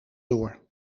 door